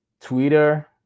twitter